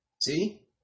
See